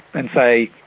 and say,